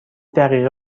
دقیقه